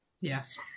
Yes